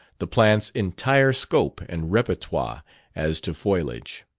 the plant's entire scope and repertoire as to foliage.